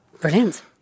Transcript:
brilliant